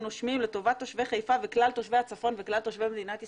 לטובת תושבי חיפה וכלל תושבי הצפון וכלל תושבי מדינת ישראל.